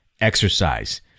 exercise